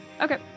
okay